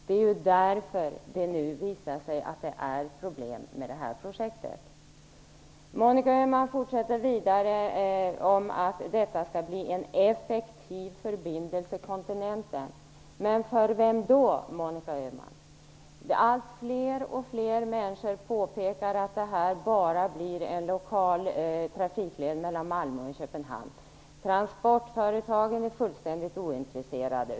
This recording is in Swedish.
Det är ju därför det nu visar sig att det är problem med det här projektet. Monica Öhman fortsätter vidare med att detta skall bli en effektiv förbindelse med kontinenten. Men för vem då, Monica Öhman? Allt fler människor påpekar att det här bara blir en lokal trafikled mellan Malmö och Köpenhamn. Transportföretagen är fullständigt ointresserade.